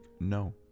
no